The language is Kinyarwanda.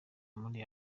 muri